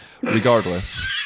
regardless